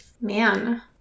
Man